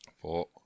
four